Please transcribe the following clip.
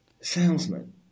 salesman